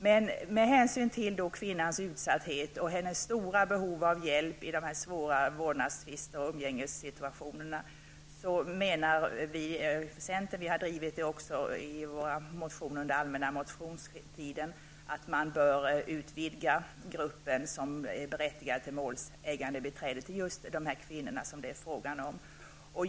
Men med hänsyn till kvinnans utsatthet och hennes stora behov av hjälp i de här svåra vårdnadstvisterna och umgängessituationerna menar centern -- vi har tagit upp det också i motioner under allmänna motionstiden -- att man bör utvidga gruppen som är berättigad till målsägandebiträde till just de här kvinnorna.